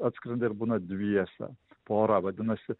atskrenda ir būna dviese pora vadinasi